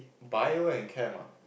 Bio and Chem ah